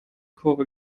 kurve